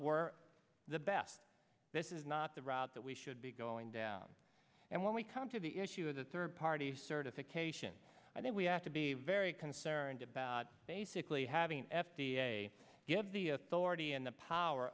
the best this is not the route that we should be going down and when we come to the issue of the third party certification i think we have to be very concerned about basically having f d a give the authority and the power